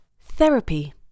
Therapy